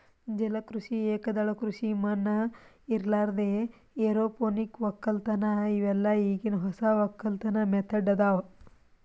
ಜಲ ಕೃಷಿ, ಏಕದಳ ಕೃಷಿ ಮಣ್ಣ ಇರಲಾರ್ದೆ ಎರೋಪೋನಿಕ್ ವಕ್ಕಲತನ್ ಇವೆಲ್ಲ ಈಗಿನ್ ಹೊಸ ವಕ್ಕಲತನ್ ಮೆಥಡ್ ಅದಾವ್